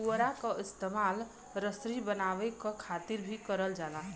पुवरा क इस्तेमाल रसरी बनावे क खातिर भी करल जाला